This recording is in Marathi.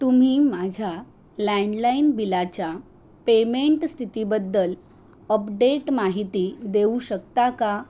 तुम्ही माझ्या लँडलाईन बिलाच्या पेमेंट स्थितीबद्दल अपडेट माहिती देऊ शकता का